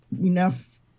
enough